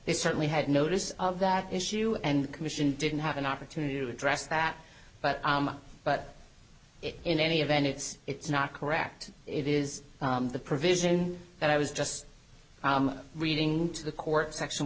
they certainly had notice of that issue and commission didn't have an opportunity to address that but but it in any event it's it's not correct it is the provision that i was just reading to the court section